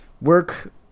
Work